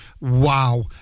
wow